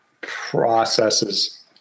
processes